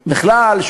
בכלל.